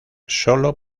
sólo